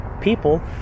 people